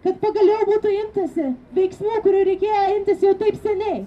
kad pagaliau būtų imtasi veiksmų kurių reikėjo imtis jau taip seniai